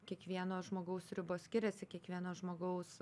kiekvieno žmogaus ribos skiriasi kiekvieno žmogaus